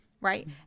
Right